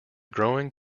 growing